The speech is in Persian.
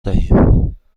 دهیم